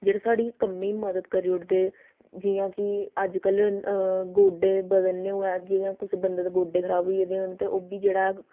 जेह्ड़े साढ़े कम्मै गी मदद करी ओड़दे जि'यां कि अजक्लल गोड्डे बदलने होऐ जि'यां कुसै बंदे दे गोड्डे खराब होई गेदे होन ते ओह् बी जेह्ड़ा ऐ